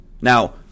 Now